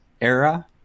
era